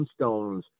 gemstones